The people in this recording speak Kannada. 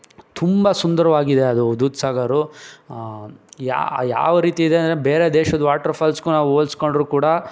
ತುಂಬ ಸುಂದರವಾಗಿದೆ ಅದು ದೂದ್ ಸಾಗರ್ ಯಾವ ರೀತಿ ಇದೆ ಅಂದರೆ ಬೇರೆ ದೇಶದ ವಾಟರ್ಫಾಲ್ಸ್ಗೂ ನಾವು ಹೋಲ್ಸ್ಕೊಂಡ್ರೂ ಕೂಡ